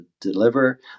deliver